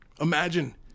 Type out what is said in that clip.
Imagine